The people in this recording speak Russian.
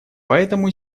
поэтому